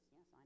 Yes